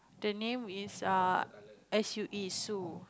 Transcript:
the name is err S U E Sue